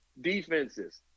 defenses